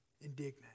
indignant